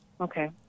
Okay